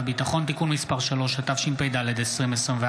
התשפ"ג 2023,